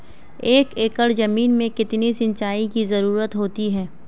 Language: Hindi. एक एकड़ ज़मीन में कितनी सिंचाई की ज़रुरत होती है?